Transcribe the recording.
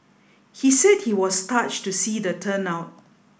he said he was touched to see the turnout